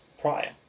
prior